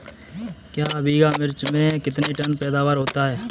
एक बीघा मिर्च में कितने टन पैदावार होती है?